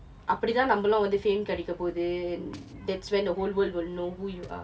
அப்படி தான் நம்மளும் வந்து:appadi thaan nammalum vanthu fame கிடைக்க போது:kidaikka pothu that's when the whole world will know who you are